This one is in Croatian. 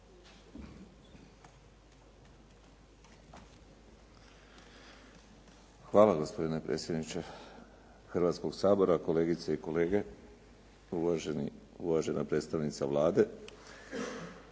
Hvala gospodine predsjedniče Hrvatskoga sabora. Kolegice i kolege, uvažena predstavnica Vlade.